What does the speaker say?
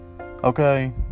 Okay